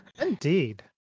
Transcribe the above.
Indeed